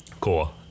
Cool